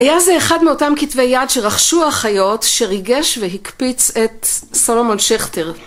היה זה אחד מאותם כתבי יד שרכשו החיות שריגש והקפיץ את סלומון שכטר.